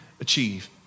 achieve